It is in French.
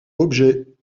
objets